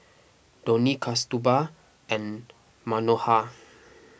Dhoni Kasturba and Manohar